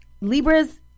Libras